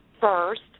first